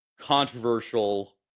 controversial